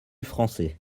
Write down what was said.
français